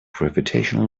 gravitational